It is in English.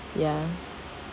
ya